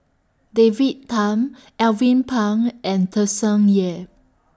David Tham Alvin Pang and Tsung Yeh